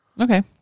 Okay